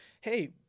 hey